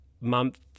month